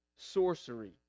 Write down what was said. sorcery